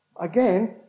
Again